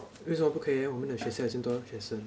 为什么不可以 leh 我们的学校有这样多学生